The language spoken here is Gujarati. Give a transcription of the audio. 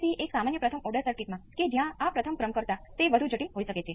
Vp એક્સ્પોનેસિયલ s t નો રિસ્પોન્સ શું છે